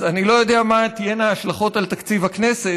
אז אני לא יודע מה תהיינה ההשלכות על תקציב הכנסת,